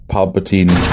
Palpatine